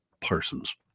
Parsons